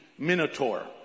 Minotaur